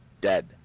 dead